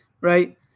right